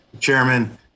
chairman